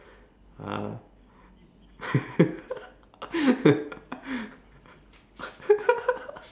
ah